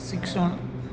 શિક્ષણ